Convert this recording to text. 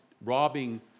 robbing